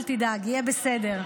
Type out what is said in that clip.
אל תדאג, יהיה בסדר.